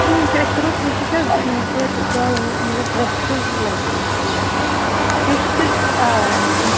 کِہیٖنٛۍ چھُ أسۍ کَرو کوٗشِش حظ توتہِ دَہ وُہ مطلب رٮ۪تھ کھنٛڈ لَگہِ رٮ۪تھ کھنٛڈ لَگہِ بیٚیہِ چھِ تِلہٕ آ آ